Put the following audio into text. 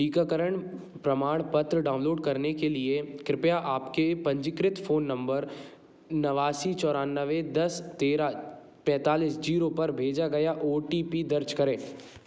टीका प्रमाणपत्र डाउनलोड करने के लिए कृपया आपके पंजीकृत फ़ोन नम्बर नवासी चौरानवे दस तेरह पेंतालिस जीरो पर भेजा गया ओ टी पी दर्ज करें